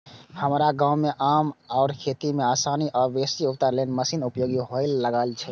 हमरा गाम मे आब खेती मे आसानी आ बेसी उत्पादन लेल मशीनक उपयोग हुअय लागल छै